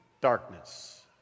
darkness